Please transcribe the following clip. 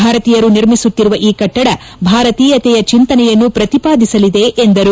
ಭಾರತೀಯರು ನಿರ್ಮಿಸುತ್ತಿರುವ ಈ ಕಟ್ಟಡ ಭಾರತೀಯತೆಯ ಚಿಂತನೆಯನ್ನು ಪ್ರತಿಪಾದಿಸಲಿದೆ ಎಂದರು